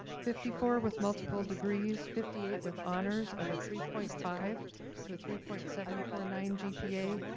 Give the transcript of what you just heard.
fifty four with multiple degrees, fifty eight with honors of a three point five to three point seven four nine gpa,